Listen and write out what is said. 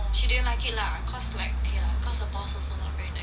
she didn't like it lah cause like okay ah cause her bosses not very nice